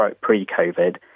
pre-COVID